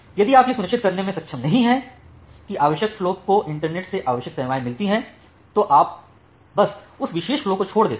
यदि आप यह सुनिश्चित करने में सक्षम नहीं हैं कि आवश्यक फ्लो को इंटरनेट से आवश्यक सेवाएं मिलती हैं तो आप बस उस विशेष फ्लो को छोड़ देते हैं